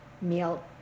meal